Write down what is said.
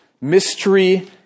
mystery